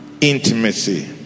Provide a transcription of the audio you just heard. intimacy